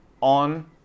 on